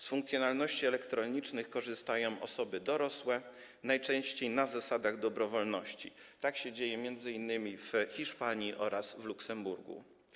Z funkcjonalności elektronicznych korzystają osoby dorosłe, najczęściej na zasadach dobrowolności - tak się dzieje m.in. w Hiszpanii oraz w Luksemburgu.